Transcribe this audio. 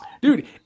dude